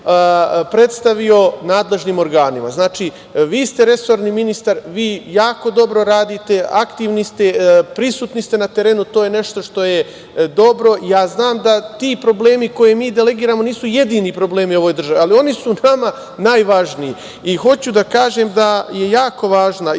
predstavio nadležnim organima. Znači, vi ste resorni ministar, vi jako dobro radite, aktivni ste, prisutni ste na terenu i to je nešto što je dobro. Ja znam da ti problemi koje mi delegiramo nisu jedini problemi u ovoj državi, ali oni su nama najvažniji. Hoću da kažem da je jako važna izgradnja